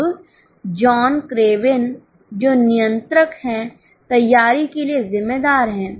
अब John Craven जो नियंत्रक हैं तैयारी के लिए जिम्मेदार है